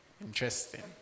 Interesting